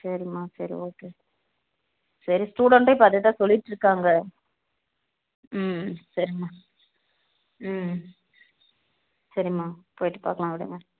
சரிமா சரி ஓகே சரி ஸ்டூடண்டும் இப்போ அதையே தான் சொல்லிட்டுருக்காங்க ம் சரிமா ம் சரிமா போயிட்டு பார்க்குளான் விடுங்க